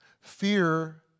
Fear